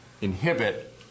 inhibit